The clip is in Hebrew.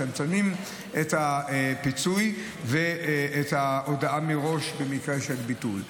מצמצמים את הפיצוי ואת ההודעה מראש במקרה של ביטול.